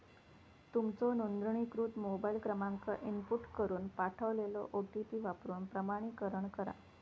तुमचो नोंदणीकृत मोबाईल क्रमांक इनपुट करून पाठवलेलो ओ.टी.पी वापरून प्रमाणीकरण करा